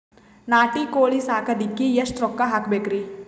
ನಾಟಿ ಕೋಳೀ ಸಾಕಲಿಕ್ಕಿ ಎಷ್ಟ ರೊಕ್ಕ ಹಾಕಬೇಕ್ರಿ?